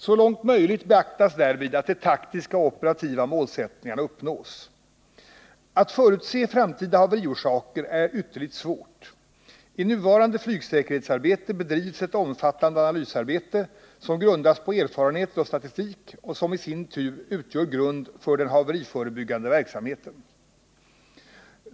Så långt möjligt beaktas därvid att de taktiska och operativa målsättningarna uppnås. Att förutse framtida haveriorsaker är ytterligt svårt. I nuvarande flygsäkerhetsarbete bedrivs ett omfattande analysarbete som grundas på erfarenheter och statistik och som i sin tur utgör grund för den haveriförebyggande verksamheten.